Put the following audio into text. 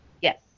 Yes